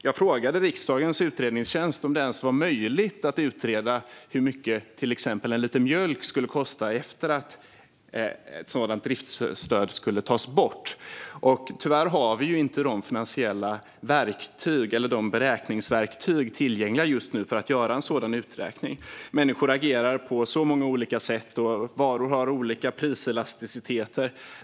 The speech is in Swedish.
Jag frågade riksdagens utredningstjänst om det ens var möjligt att utreda hur mycket till exempel en liter mjölk skulle kosta efter att ett sådant driftsstöd skulle tas bort. Tyvärr har vi inte just nu finansiella beräkningsverktyg tillgängliga för att göra en sådan uträkning. Människor agerar på så många olika sätt, och varor har olika priselasticiteter.